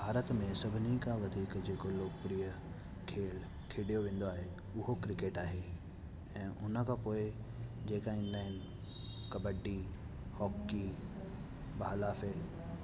भारत में सभिनी खां वधीक जेको लोकप्रिय खेल खेॾियो वेंदो आहे उहो क्रिकेट आहे ऐं उनखां पोइ जेका ईंदा आहिनि कबडी हॉकी भाला फ़ेक